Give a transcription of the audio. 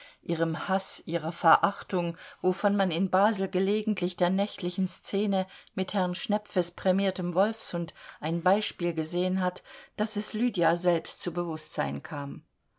ihrem haß ihrer verachtung wovon man in basel gelegentlich der nächtlichen szene mit herrn schnepfes prämiertem wolfshund ein beispiel gesehen hat daß es lydia selbst zu bewußtsein kam